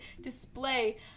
display